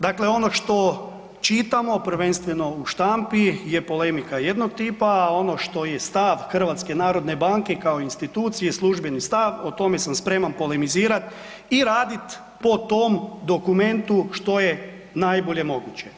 Dakle, ono što čitamo prvenstveno u štampi je polemika jednog tipa, a ono što je stav HNB-a kao institucije službeni stav o tome sam spreman polemizirat i radit po tom dokumentu što je najbolje moguće.